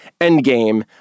Endgame